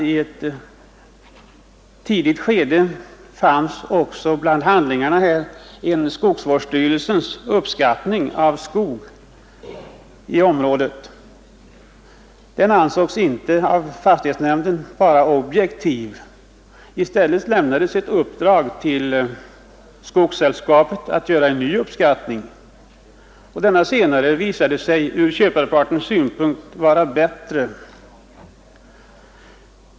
I ett tidigt skede fanns bland handlingarna också en av skogsvårdsstyrelsen utförd uppskattning av skog i området. Den ansågs inte av fastighetsnämnden vara objektiv. I stället lämnades till Skogssällskapet ett uppdrag att göra en ny uppskattning, och denna senare visade sig ur köparpartens synpunkt vara bättre.